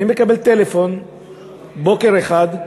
אני מקבל טלפון בוקר אחד,